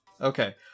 Okay